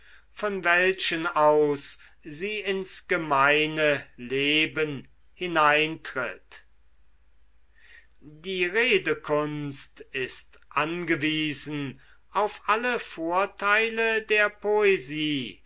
von welchen aus sie ins gemeine leben hineintritt die redekunst ist angewiesen auf alle vorteile der poesie